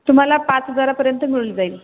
तुम्हाला पाच हजारापर्यंत मिळून जाईल